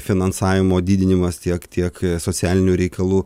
finansavimo didinimas tiek tiek socialinių reikalų